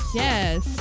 yes